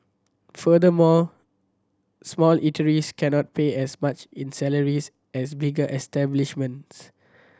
furthermore small eateries cannot pay as much in salaries as bigger establishments